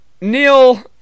Neil